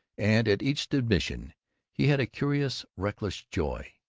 and at each admission he had a curious reckless joy.